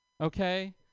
okay